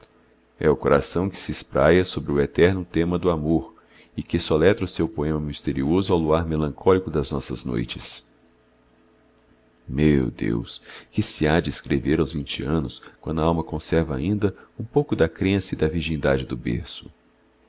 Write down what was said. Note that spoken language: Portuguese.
é o coração que se espraia sobre o eterno tema do amor e que soletra o seu poema misterioso ao luar melancólico das nossas noites meu deus que se há de escrever aos vinte anos quando a alma conserva ainda um pouco da crença e da virgindade do berço